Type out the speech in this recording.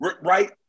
right